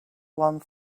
one